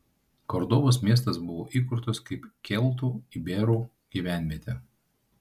kordobos miestas buvo įkurtas kaip keltų iberų gyvenvietė